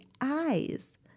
eyes